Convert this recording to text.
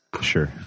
Sure